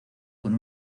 con